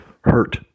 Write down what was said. hurt